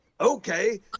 Okay